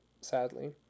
sadly